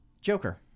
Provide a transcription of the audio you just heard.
Joker